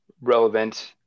relevant